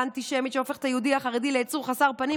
אנטישמית שהופכת את היהודי החרדי ליצור חסר פנים,